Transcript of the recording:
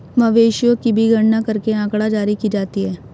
मवेशियों की भी गणना करके आँकड़ा जारी की जाती है